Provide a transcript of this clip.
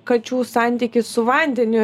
kačių santykis su vandeniu